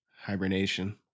Hibernation